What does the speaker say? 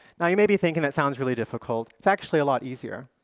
now, you may be thinking that sounds really difficult. it's actually a lot easier.